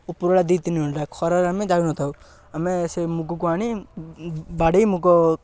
ଉପରବେଳା ଦୁଇ ତିନି ଘଣ୍ଟା ଖରାରେ ଆମେ ଯାଉନଥାଉ ଆମେ ସେ ମୁଗକୁ ଆଣି ବାଡ଼େଇ ମୁଗ